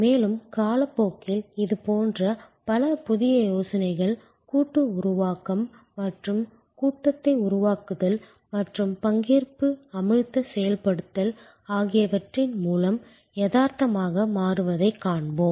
மேலும் காலப்போக்கில் இதுபோன்ற பல புதிய யோசனைகள் கூட்டு உருவாக்கம் மற்றும் கூட்டத்தை உருவாக்குதல் மற்றும் பங்கேற்பு அமிழ்தச் செயல்படுத்தல் ஆகியவற்றின் மூலம் யதார்த்தமாக மாறுவதைக் காண்போம்